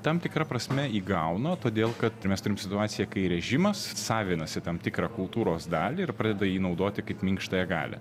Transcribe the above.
tam tikra prasme įgauna todėl kad mes turim situaciją kai režimas savinasi tam tikrą kultūros dalį ir pradeda jį naudoti kaip minkštąją galią